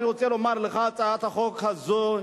אני רוצה לומר לך שהצעת החוק הזאת,